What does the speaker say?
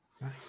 Nice